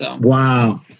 Wow